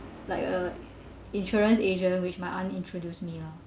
like a insurance agent which my aunt introduce me lor